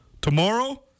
Tomorrow